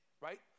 right